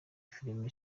filime